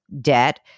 debt